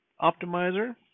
optimizer